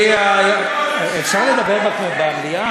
אפשר לדבר במליאה?